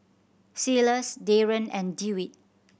Silas Daren and Dewitt